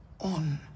on